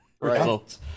results